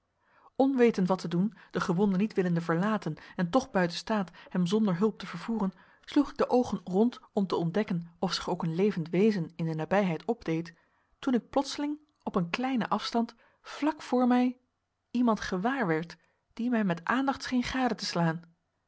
onwetend wat te doen den gewonde niet willende verlaten en toch buiten staat hem zonder hulp te vervoeren sloeg ik de oogen rond om te ontdekken of zich ook een levend wezen in de nabijheid opdeed toen ik plotseling op een kleinen afstand vlak voor mij iemand gewaarwerd die mij met aandacht scheen gade te slaan